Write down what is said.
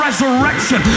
Resurrection